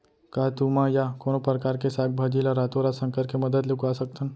का तुमा या कोनो परकार के साग भाजी ला रातोरात संकर के मदद ले उगा सकथन?